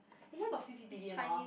eh here got C_C_T_V or no